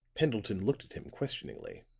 pendleton looked at him questioningly.